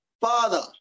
Father